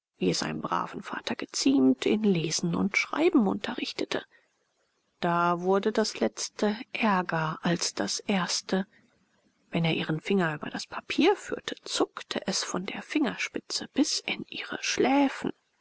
einem braven vater geziemt im lesen und schreiben unterrichtete da wurde das letzte ärger als das erste wenn er ihren finger über das papier führte zuckte es von der fingerspitze bis in ihre schläfen